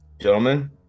Gentlemen